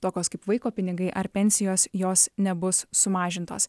tokios kaip vaiko pinigai ar pensijos jos nebus sumažintos